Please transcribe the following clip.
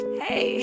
hey